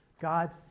God